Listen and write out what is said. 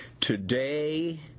Today